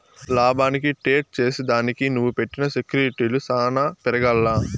లాభానికి ట్రేడ్ చేసిదానికి నువ్వు పెట్టిన సెక్యూర్టీలు సాన పెరగాల్ల